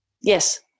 Yes